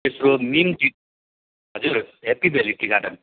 तेस्रो मेन हजुर हेप्पी भेली टी गार्डन